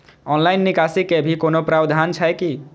Online निकासी के भी कोनो प्रावधान छै की?